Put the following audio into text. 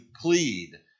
plead